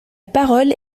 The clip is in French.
parole